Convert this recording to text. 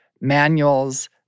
manuals